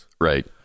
Right